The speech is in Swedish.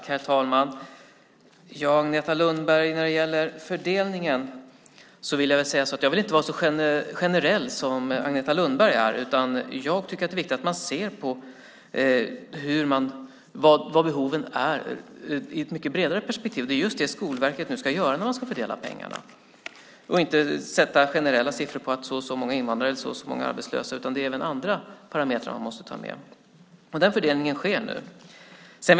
Herr talman! När det gäller fördelningen vill jag inte vara så generell som Agneta Lundberg är, utan jag tycker att det är viktigt att man ser på vad behoven är i ett mycket bredare perspektiv. Det är just det Skolverket nu ska göra när man ska fördela pengarna. Man sätter inga generella siffror om så och så många invandrare, så och så många arbetslösa, utan det är även andra parametrar som måste tas med. Den fördelningen sker nu.